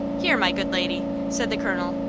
here, my good lady, said the colonel,